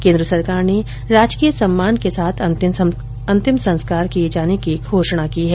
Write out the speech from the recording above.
केंद्र सरकार ने राजकीय सम्मान के साथ अंतिम संस्कार किए जाने की घोषणा की है